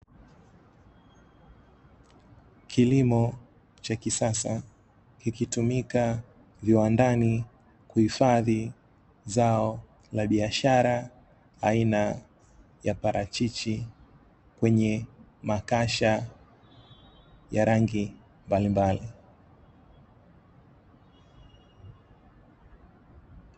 Kilimo cha kisasa kikitumika viwandani kuhifadhi zao la biashara aina ya parachichi, kwenye makasha ya rangi mbalimbali.